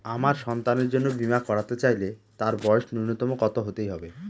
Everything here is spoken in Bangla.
আমার সন্তানের জন্য বীমা করাতে চাইলে তার বয়স ন্যুনতম কত হতেই হবে?